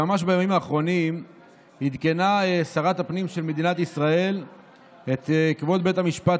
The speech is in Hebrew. שממש בימים האחרונים עדכנה שרת הפנים של מדינת ישראל את כבוד בית המשפט